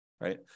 right